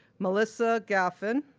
mellissa gaffen,